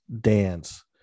dance